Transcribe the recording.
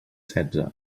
setze